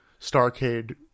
Starcade